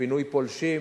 "פינוי פולשים".